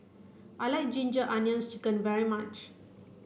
I like ginger onions chicken very much